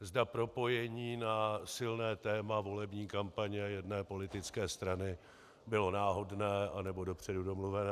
Zda propojení na silné téma volební kampaně jedné politické strany bylo náhodné, anebo dopředu domluvené.